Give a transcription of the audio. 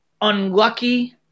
unlucky